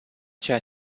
ceea